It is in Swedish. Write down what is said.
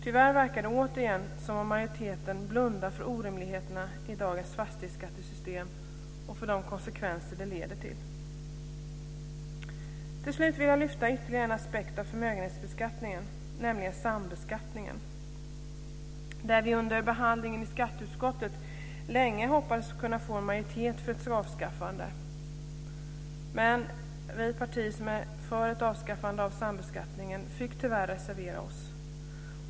Tyvärr verkar det återigen som om majoriteten blundar för orimligheterna i dagens fastighetsskattesystem och för de konsekvenser som det får. Till slut vill jag lyfta fram ytterligare en aspekt av förmögenhetsbeskattningen, nämligen sambeskattningen. Vi hoppades länge kunna få en majoritet för ett avskaffande av den, men vi i de partier som är för ett avskaffande av sambeskattningen fick tyvärr reservera oss.